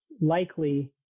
likely